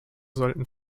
sollten